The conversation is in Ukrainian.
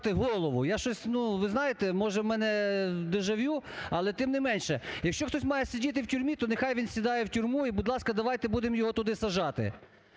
ви знаєте, може у мене дежавю, але тим не менше, якщо хтось має сидіти у тюрмі, то нехай він сідає у тюрму і, будь ласка, давайте будемо його туди сажати.